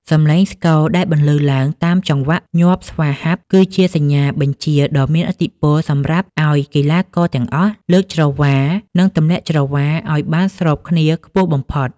សំឡេងស្គរដែលបន្លឺឡើងតាមចង្វាក់ញាប់ស្វាហាប់ គឺជាសញ្ញាបញ្ជាដ៏មានឥទ្ធិពលសម្រាប់ឱ្យកីឡាករទាំងអស់លើកច្រវា និងទម្លាក់ច្រវាឱ្យបានស្របគ្នាខ្ពស់បំផុត